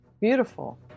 Beautiful